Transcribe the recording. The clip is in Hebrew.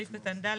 בסעיף קטן ד',